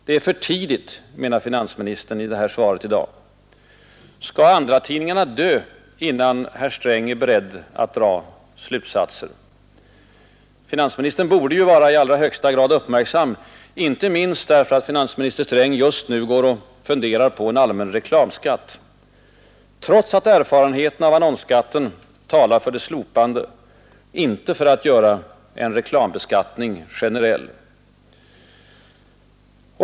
Det är ”för tidigt”, menar finansministern i svaret i dag. Skall andratidningarna dö innan herr Sträng är beredd att dra slutsatser? Finansministern borde ju vara i allra högsta grad uppmärksam inte minst därför att finansminister Sträng just nu går och funderar på en allmän reklamskatt, trots att erfarenheterna av annonsskatten talar för dess slopande, inte för att göra en reklambeskattning generell.